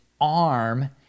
arm